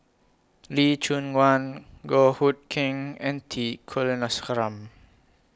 Lee Choon Guan Goh Hood Keng and T Kulasekaram